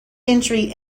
entry